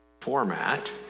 format